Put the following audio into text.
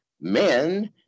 men